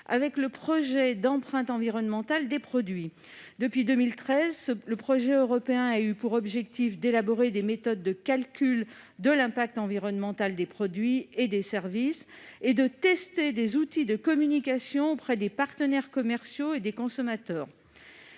avec le projet d'empreinte environnementale des produits. Depuis 2013, le projet européen a eu pour objectif d'élaborer des méthodes de calcul de l'impact environnemental des produits et services, et de tester des outils de communication auprès des partenaires commerciaux et des consommateurs.